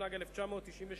התשנ"ג 1993,